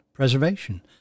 preservation